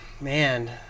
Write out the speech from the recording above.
Man